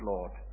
Lord